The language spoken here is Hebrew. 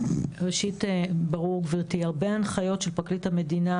כפי שאמרתי, הנחיות פרקליט המדינה